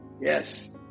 Yes